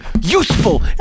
useful